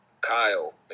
Kyle